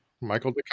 Michael